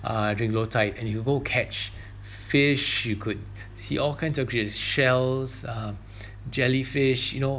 uh during low tide and you go catch fish you could see all kinds of creatures shells uh jellyfish you know